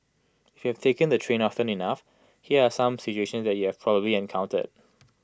if you've taken the train often enough here are some situations that you'd have probably encountered